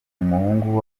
umuhungu